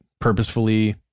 purposefully